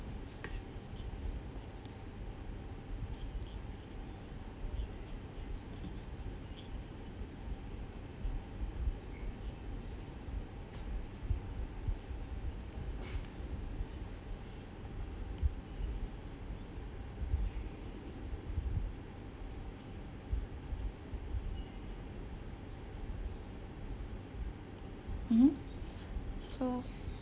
mmhmm so